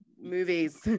movies